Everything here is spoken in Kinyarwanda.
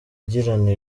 agirana